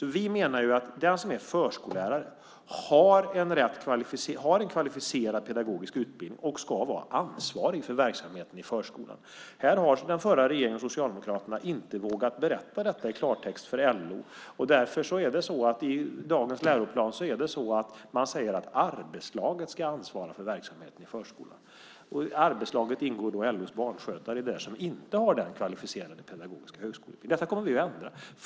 Vi menar att den som är förskollärare har en kvalificerad pedagogisk utbildning och ska vara ansvarig för verksamheten i förskolan. Den förra regeringen och Socialdemokraterna har inte vågat berätta det i klartext för LO. Därför säger man i dagens läroplan att arbetslaget ska ansvara för verksamheten i förskolan. I arbetslaget ingår LO:s barnskötare som inte har den kvalificerade pedagogiska högskoleutbildningen. Det kommer vi att ändra på.